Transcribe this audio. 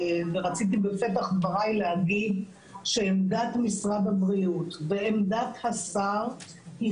רציתי בפתח דבריי להגיד שעמדת משרד הבריאות ועמדת השר היא